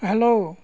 hello